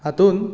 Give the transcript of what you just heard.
हातूंत